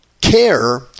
CARE